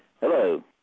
Hello